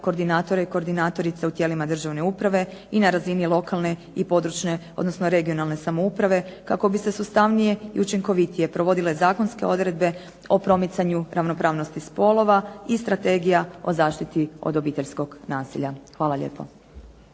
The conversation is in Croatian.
koordinatora i koordinatorica u tijelima državne uprave i na razini lokalne i područne, odnosno regionalne samouprave, kako bi se sustavnije i učinkovitije provodile zakonske odredbe o promicanju ravnopravnosti spolova i strategija o zaštiti od obiteljskog nasilja. Hvala lijepo.